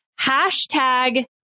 Hashtag